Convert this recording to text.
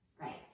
right